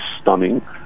stunning